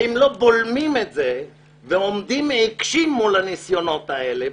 ואם לא בולמים את זה ועומדים עיקשים מול הניסיונות האלה,